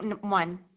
one